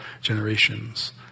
generations